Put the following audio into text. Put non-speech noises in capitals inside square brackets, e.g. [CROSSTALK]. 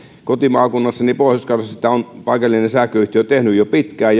kotimaakunnassani pohjois karjalassa sitä on paikallinen sähköyhtiö tehnyt jo pitkään [UNINTELLIGIBLE]